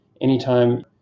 anytime